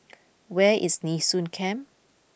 where is Nee Soon Camp